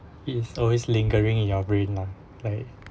it is always lingering in your brain lah like